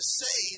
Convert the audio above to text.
say